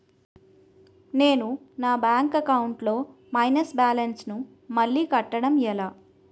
నేను నా bank account లొ మైనస్ బాలన్స్ ను మళ్ళీ కట్టడం ఎలా?